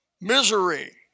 Misery